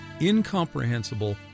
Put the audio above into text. incomprehensible